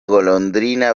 golondrina